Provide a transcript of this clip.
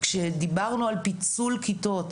שדיברנו על פיצול כיתות,